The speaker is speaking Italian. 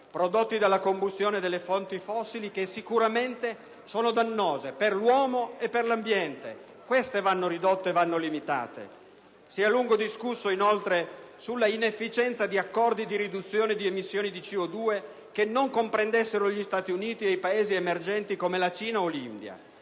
prodotti dalla combustione delle fonti fossili, che sicuramente sono dannosi per l'uomo per l'ambiente. Questi vanno ridotti e limitati. Si è a lungo discusso, inoltre, sull'inefficienza di accordi di riduzione delle emissioni di CO2 che non comprendessero gli Stati Uniti e i Paesi emergenti come la Cina o l'India.